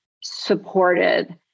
supported